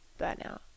burnout